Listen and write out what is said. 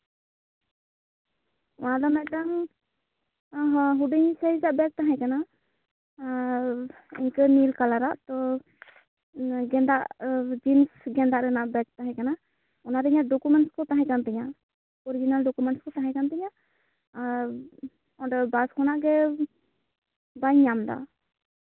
ᱚᱱᱟ ᱫᱚ ᱢᱤᱫᱴᱮᱱ ᱦᱩᱰᱤᱧ ᱥᱟᱹᱦᱤᱡ ᱟᱜ ᱵᱮᱜ ᱛᱟᱦᱮᱸ ᱠᱟᱱᱟ ᱟᱨ ᱤᱱᱠᱟᱹ ᱱᱤᱞ ᱠᱟᱞᱟᱨᱟᱜ ᱛᱳ ᱜᱮᱸᱫᱟᱜ ᱡᱤᱱᱥ ᱜᱮᱸᱫᱟᱜ ᱨᱮᱱᱟᱜ ᱵᱮᱜ ᱛᱟᱦᱮᱸ ᱠᱟᱱᱟ ᱚᱱᱟᱨᱮ ᱤᱧᱟᱹᱜ ᱰᱚᱠᱳᱢᱮᱱᱴᱥ ᱠᱚ ᱛᱟᱦᱮᱸᱠᱟᱱ ᱛᱤᱧᱟᱹ ᱚᱨᱤᱡᱤᱱᱟᱞ ᱰᱚᱠᱳᱢᱮᱱᱴᱥ ᱠᱚ ᱛᱟᱦᱮᱸᱠᱟᱱ ᱛᱤᱧᱟᱹ ᱟᱨ ᱵᱟᱥ ᱠᱷᱚᱱᱟᱜ ᱜᱮ ᱵᱟᱹᱧ ᱧᱟᱢ ᱮᱫᱟ